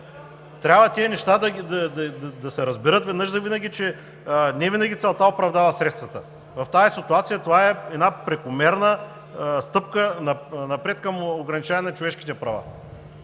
Трябва тези неща да се разберат веднъж завинаги, че не винаги целта оправдава средствата. В тази ситуация това е една прекомерна стъпка напред към ограничаване на човешките права